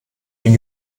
den